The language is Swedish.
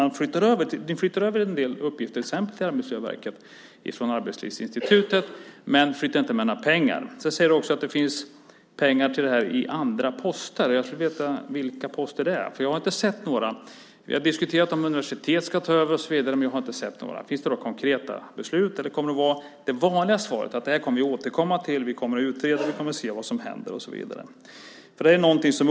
Ni flyttar över en del uppgifter till Arbetsmiljöverket från Arbetslivsinstitutet, men flyttar inte med några pengar. Du säger att det finns pengar till detta i andra poster. Jag skulle vilja veta vilka poster det är. Jag har inte sett några. Vi har diskuterat om universitet ska ta över och så vidare. Jag vill veta om det finns konkreta beslut eller om det blir det vanliga svaret: Det här återkommer vi till. Vi kommer att utreda. Vi kommer att se vad som händer.